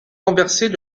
renverser